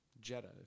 jetta